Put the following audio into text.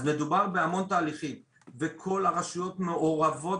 אז מדובר בהמון תהליכים וכל הרשויות מעורבות